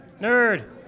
Nerd